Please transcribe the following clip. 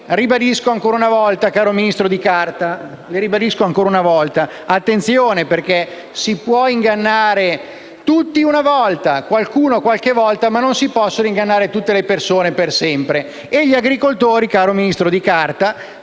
ribadisco ancora una volta, caro Ministro di carta: attenzione, si può ingannare tutti una volta, qualcuno qualche volta, ma non si possono ingannare tutte le persone per sempre. E gli agricoltori, caro Ministro di carta,